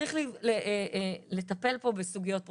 צריך לטפל פה בסוגיות פרוצדוראליות,